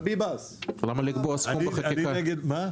למה לקבוע סכום בחקיקה?